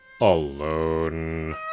alone